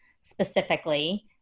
specifically